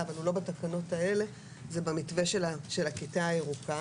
אבל לא בתקנות האלה זה במתווה של הכיתה הירוקה.